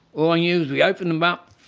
all i knew is we opened them up,